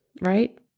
right